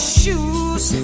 shoes